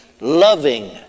Loving